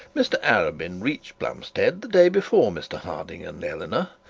mr arabin reached plumstead the day before mr harding and eleanor,